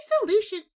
solution